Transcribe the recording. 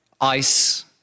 ice